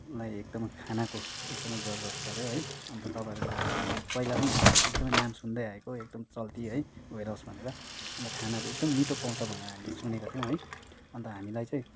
नै एकदमै खानाको एकदमै जरुरत पऱ्यो है अन्त तपाईँहरूकोबाट हामी पहिला पनि हामीले एकदमै नाम सुन्दै आएको एकदम चल्ती है वेयर हाउस भनेर अन्त खानाहरू एकदम मिठो पाउँछ भनेर हामीले सुनेका थियौँ है अन्त हामीलाई चाहिँ